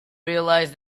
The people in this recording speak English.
realise